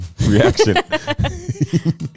reaction